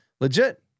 legit